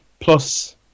plus